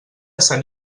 sant